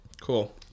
Cool